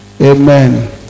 amen